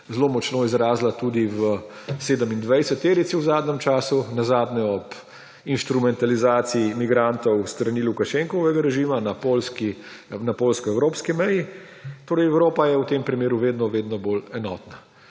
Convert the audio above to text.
zelo močno izrazila tudi v sedemindvajseterici v zadnjem času, nazadnje ob inštrumentalizaciji migrantov s strani Lukašenkovega režima na poljsko-evropski meji. Evropa je v tem primeru vedno vedno bolj enotna.